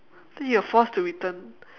then you're forced to return